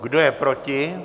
Kdo je proti?